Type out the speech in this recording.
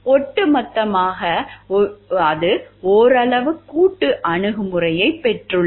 ஒட்டுமொத்தமாக அது ஓரளவு கூட்டு அணுகுமுறையைப் பெற்றுள்ளது